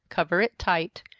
cover it tight,